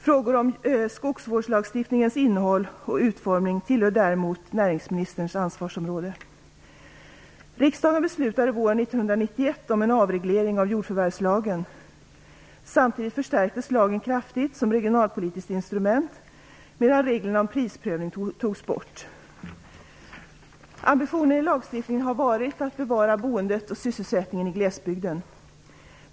Frågor om skogsvårdslagstiftningens innehåll och utformning tillhör däremot näringsministerns ansvarsområde. Riksdagen beslutade våren 1991 om en avreglering av jordförvärvslagen. Samtidigt förstärktes lagen kraftigt som regionalpolitiskt instrument medan reglerna om prisprövning togs bort. Ambitionen i lagstiftningen har varit att bevara boendet och sysselsättningen i glesbygden.